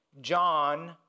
John